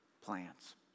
plans